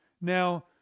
Now